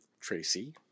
Tracy